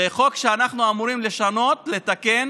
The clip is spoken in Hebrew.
זה חוק שאנחנו אמורים לשנות, לתקן